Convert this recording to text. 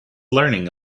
learning